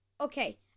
Okay